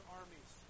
armies